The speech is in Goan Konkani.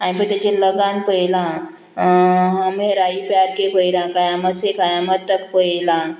हांवें पळय तेजेर लगान पयलां हम है राही प्यार के पळयलां कयामत से कयामत तक पळयलां